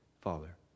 Father